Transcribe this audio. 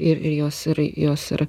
ir ir jos ir jos ir